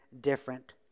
different